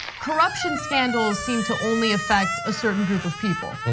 corruption scandals seem to only affect a certain group of people,